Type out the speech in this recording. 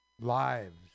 lives